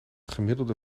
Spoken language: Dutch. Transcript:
gemiddelde